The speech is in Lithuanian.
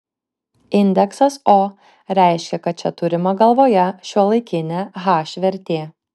indeksas o reiškia kad čia turima galvoje šiuolaikinė h vertė